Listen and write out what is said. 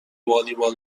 والیبال